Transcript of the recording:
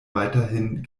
weiterhin